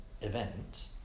event